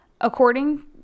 according